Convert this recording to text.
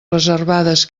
reservades